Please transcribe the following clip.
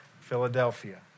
Philadelphia